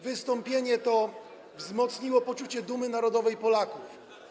Wystąpienie to wzmocniło poczucie dumy narodowej Polaków.